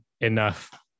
enough